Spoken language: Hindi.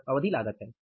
यह अवधि लागत है